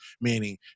meaning